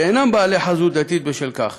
ובשל כך